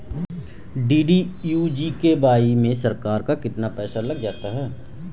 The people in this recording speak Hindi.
डी.डी.यू जी.के.वाई में सरकार का कितना पैसा लग जाता है?